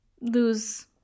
lose